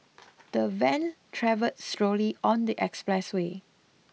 the van traveled slowly on the expressway